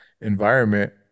environment